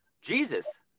jesus